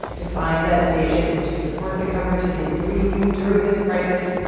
to find that station and to support the coverage it is bringing you during this crisis,